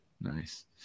Nice